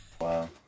wow